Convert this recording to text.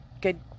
good